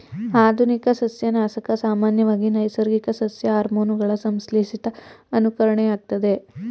ಆಧುನಿಕ ಸಸ್ಯನಾಶಕ ಸಾಮಾನ್ಯವಾಗಿ ನೈಸರ್ಗಿಕ ಸಸ್ಯ ಹಾರ್ಮೋನುಗಳ ಸಂಶ್ಲೇಷಿತ ಅನುಕರಣೆಯಾಗಯ್ತೆ